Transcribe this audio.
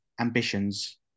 ambitions